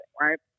right